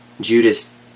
Judas